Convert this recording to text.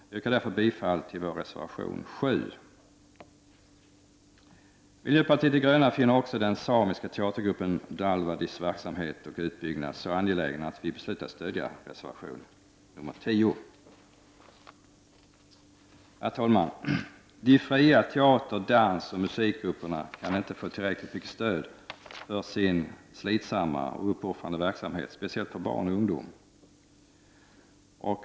Jag yrkar därför bifall till vår reservation 7. Miljöpartiet de gröna finner också den samiska teatergruppen Dalvadis verksamhet och utbyggnad så angelägna att vi har beslutat stödja reservation 10. Herr talman! De fria teater-, dansoch musikgrupperna kan inte få tillräckligt mycket stöd för sin slitsamma och uppoffrande verksamhet, speciellt för barn och ungdom.